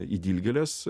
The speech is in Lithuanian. į dilgėles